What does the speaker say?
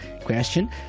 question